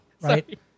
right